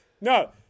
No